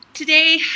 Today